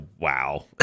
Wow